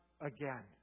again